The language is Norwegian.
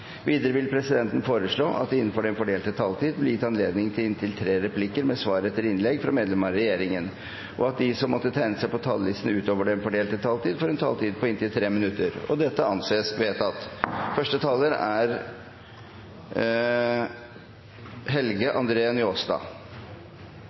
Videre vil presidenten foreslå at det innenfor den fordelte taletid blir gitt anledning til inntil tre replikker med svar etter innlegg fra medlemmer av regjeringen, og at de som måtte tegne